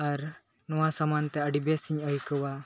ᱟᱨ ᱱᱚᱣᱟ ᱥᱟᱢᱟᱱᱛᱮ ᱟ ᱰᱤ ᱵᱮᱥᱮᱧ ᱟᱹᱭᱠᱟᱹᱣᱟ